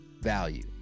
value